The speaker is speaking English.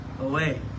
away